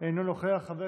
חבר